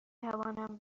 توانم